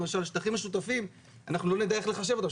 למשל, שטחים משותפים, אנחנו לא נדע איך לחשב אותם.